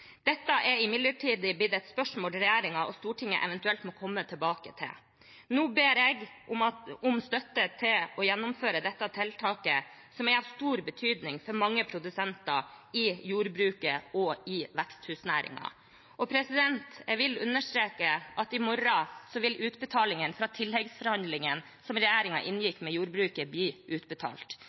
Dette er imidlertid et spørsmål regjeringen og Stortinget eventuelt må komme tilbake til. Nå ber jeg om støtte til å gjennomføre dette tiltaket, som er av stor betydning for mange produsenter i jordbruket og i veksthusnæringen. Jeg vil understreke at i morgen vil pengene fra tilleggsforhandlingene som regjeringen inngikk med jordbruket, bli utbetalt.